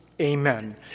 Amen